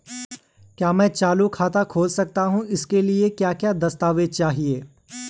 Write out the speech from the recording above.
क्या मैं चालू खाता खोल सकता हूँ इसके लिए क्या क्या दस्तावेज़ चाहिए?